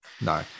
No